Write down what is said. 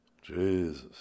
Jesus